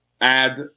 Add